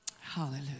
Hallelujah